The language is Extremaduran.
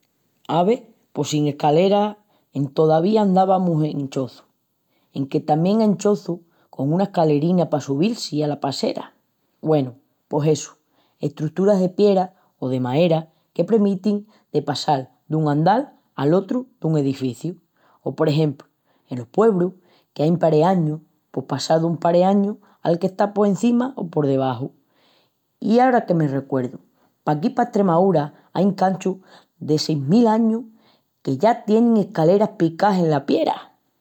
Ave, pos sin escaleras... entovía andavamus enos choçus... enque tamién ain choçus con una escalerina pa subil-si ala passera. Güenu, pos essu, estruturas de piera o de maera que premitin de passal dun andal al otru dun edeficiu o, por exempru, enos puebrus qu'ain pareañus pos passal dun pareañu al qu'está porcima o porbaxu. I ara que me recuerdu, paquí pa Estremaúra ain canchus d'ai seis mil añus que ya tienin escaleras picás ena piera.